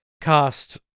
cast